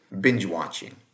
binge-watching